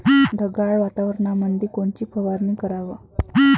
ढगाळ वातावरणामंदी कोनची फवारनी कराव?